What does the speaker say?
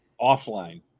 offline